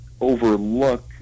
overlook